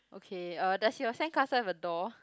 okay uh does your sandcastle have a door